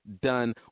done